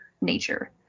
nature